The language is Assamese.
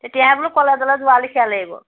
তেতিয়াহে বোলো কলেজলৈ যোৱালিখীয়া লাগিব